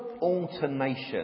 alternation